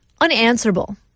unanswerable